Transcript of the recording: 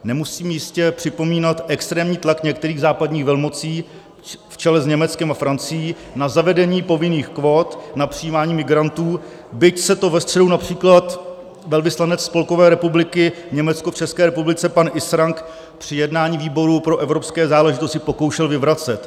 Nemusím jistě připomínat extrémní tlak některých západních velmocí v čele s Německem a Francií na zavedení povinných kvót na přijímání migrantů, byť se to ve středu například velvyslanec Spolkové republiky Německo v České republice pan Israng při jednání výboru pro evropské záležitosti pokoušel vyvracet.